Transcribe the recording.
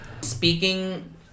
Speaking